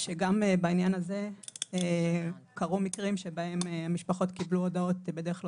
שגם בעניין הזה קרו מקרים שבהם משפחות קיבלו הודעות בדרך לא